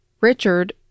Richard